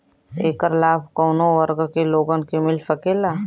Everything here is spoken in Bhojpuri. ऐकर लाभ काउने वर्ग के लोगन के मिल सकेला?